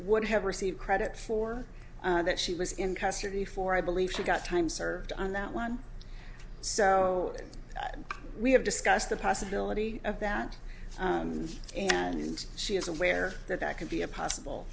would have received credit for that she was in custody for i believe she got time served on that one so we have discussed the possibility of that and she is aware that that could be a possible